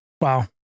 Wow